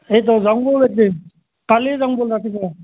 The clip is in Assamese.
সেইতো যাওঁ ব'ল একদিন কালি যাওঁ ব'ল ৰাতিপুৱা